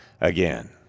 again